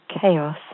chaos